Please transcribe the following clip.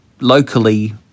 locally